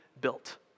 built